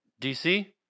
DC